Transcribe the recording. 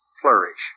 flourish